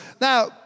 now